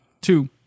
Two